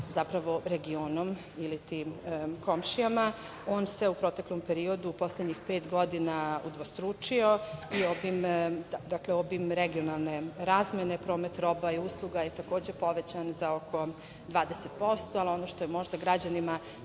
sa regionom iliti komšijama. On se u proteklom periodu u poslednjih pet godina udvostručio. Dakle, obim regionalne razmene, promet roba i usluga je takođe povećan za oko 20%.Ono što je možda građanima